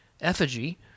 effigy